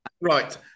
Right